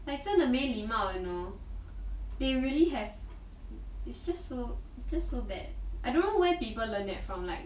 like 真的没礼貌 you know they really have it's just so it's just so bad I don't know where people learn it from like